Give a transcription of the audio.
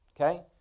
Okay